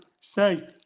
say